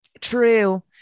true